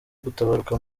gutabaruka